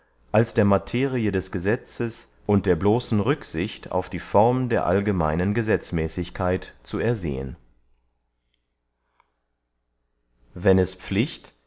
als der materie des gesetzes und der bloßen rücksicht auf die form der allgemeinen gesetzmäßigkeit zu ersehen wenn es pflicht